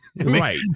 Right